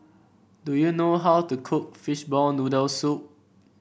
do you know how to cook Fishball Noodle Soup